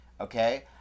okay